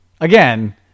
again